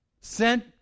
Sent